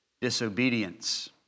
disobedience